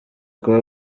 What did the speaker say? kuba